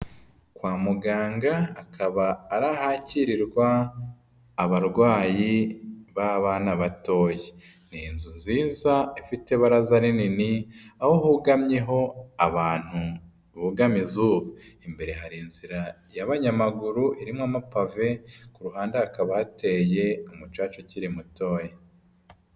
Kwa muganga akaba ari ahakirirwa, abarwayi, b'abana batoya. Ni inzu nziza ifite ibaraza rinini, aho hugamyeho abantu, bugama izuba. Imbere hari inzira y'abanyamaguru irimo amapave, ku ruhande hakaba hateye umucaca ukiri mutoya.